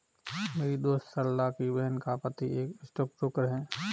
मेरी दोस्त सरला की बहन का पति एक स्टॉक ब्रोकर है